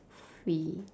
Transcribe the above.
free